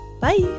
bye